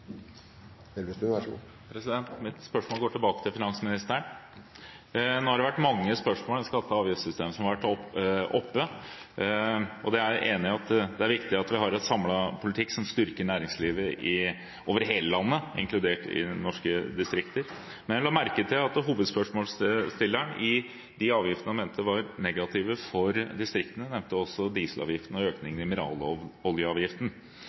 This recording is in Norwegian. til finansministeren. Nå har det vært oppe mange spørsmål om skatte- og avgiftssystemet, og jeg er enig i at det er viktig at vi har en samlet politikk som styrker næringslivet over hele landet, inkludert norske distrikter. Men jeg la merke til at hovedspørsmålsstilleren – blant de avgiftene han mente var negative for distriktene – nevnte dieselavgiften og